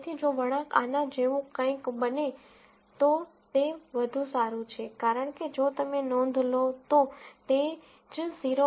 તેથી જો વળાંક આના જેવું કંઈક બને તો તે વધુ સારું છે કારણ કે જો તમે નોંધ લો તો તે જ 0